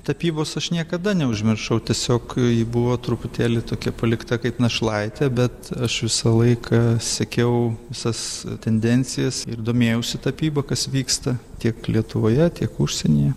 tapybos aš niekada neužmiršau tiesiog ji buvo truputėlį tokia palikta kaip našlaitė bet aš visą laiką sekiau visas tendencijas ir domėjausi tapyba kas vyksta tiek lietuvoje tiek užsienyje